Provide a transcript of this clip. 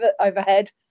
overhead